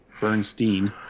Bernstein